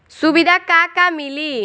सुविधा का का मिली?